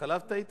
התחלפת אתו?